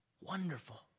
wonderful